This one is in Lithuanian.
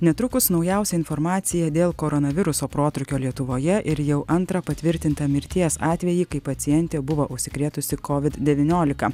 netrukus naujausią informaciją dėl koronaviruso protrūkio lietuvoje ir jau antrą patvirtintą mirties atvejį kai pacientė buvo užsikrėtusi kovid devyniolika